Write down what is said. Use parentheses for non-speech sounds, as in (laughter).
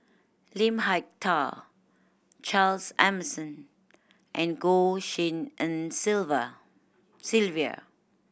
Lim Hak Tai Charles Emmerson and Goh Tshin En (unintelligible) Sylvia